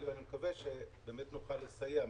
אני מקווה שבאמת נוכל לסייע.